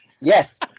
Yes